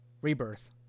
rebirth